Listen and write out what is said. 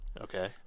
Okay